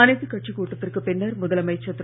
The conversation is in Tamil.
அனைத்துக் கட்சிக் கூட்டத்திற்குப் பின்னர் முதலமைச்சர் திரு